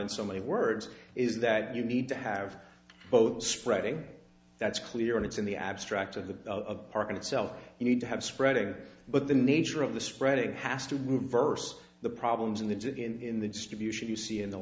in so many words is that you need to have both spreading that's clear and it's in the abstract of the park itself you need to have spreading but the nature of the spreading has to move verse the problems in the in the distribution you see in the